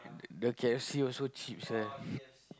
the the K_F_C also cheap sia